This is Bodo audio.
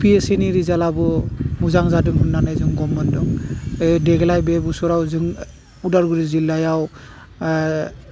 एपिएसिनि रिजालाबो मोजां जादों होन्नानै जों गम मोन्दों देग्लाइ बे बोसराव जों अदालगुरि जिल्लायाव